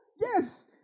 Yes